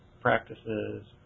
practices